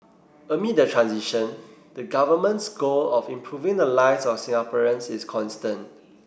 amid the transition the Government's goal of improving the lives of Singaporeans is constant